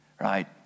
right